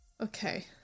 Okay